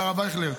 והרב אייכלר,